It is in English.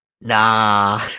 Nah